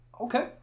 Okay